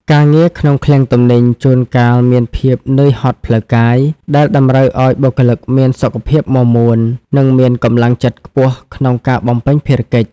ការងារក្នុងឃ្លាំងទំនិញជួនកាលមានភាពនឿយហត់ផ្លូវកាយ ដែលតម្រូវឱ្យបុគ្គលិកមានសុខភាពមាំមួន និងមានកម្លាំងចិត្តខ្ពស់ក្នុងការបំពេញភារកិច្ច។